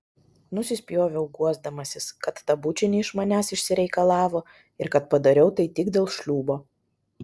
nusispjoviau guosdamasis kad tą bučinį iš manęs išsireikalavo ir kad padariau tai tik dėl šliūbo